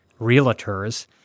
realtors